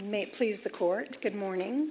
may please the court good morning